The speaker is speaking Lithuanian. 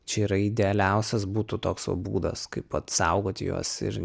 čia yra idealiausias būtų toks va būdas kaip vat apsaugot juos ir